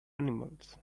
animals